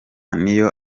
niyo